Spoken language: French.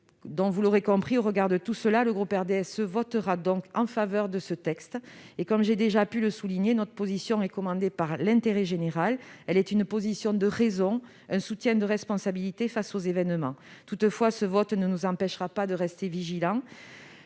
ses territoires. Au regard de tous ces éléments, le groupe RDSE votera en faveur de ce texte. Comme j'ai déjà pu le souligner, notre position est commandée par l'intérêt général. Elle est une position de raison, un soutien de responsabilité face aux événements. Toutefois, ce vote ne nous empêchera pas de rester vigilants.